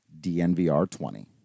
dnvr20